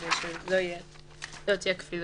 כדי שלא תהיה כפילות.